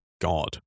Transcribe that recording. God